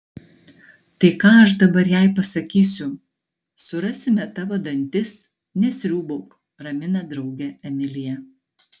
tai ką aš dabar jai pasakysiu surasime tavo dantis nesriūbauk ramina draugę emilija